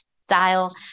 style